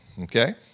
Okay